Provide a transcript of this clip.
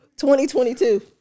2022